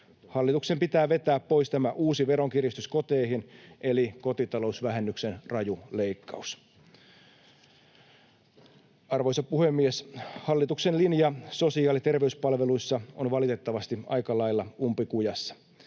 Hallituksen pitää vetää pois tämä uusi veronkiristys koteihin eli kotitalousvähennyksen raju leikkaus. Arvoisa puhemies! Hallituksen linja sosiaali- ja terveyspalveluissa on valitettavasti aika lailla umpikujassa.